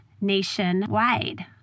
nationwide